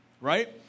right